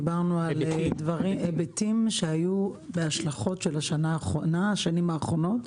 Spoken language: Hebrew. דיברנו על היבטים שהיו והשלכות של השנים האחרונות,